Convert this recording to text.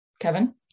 Kevin